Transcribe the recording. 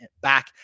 back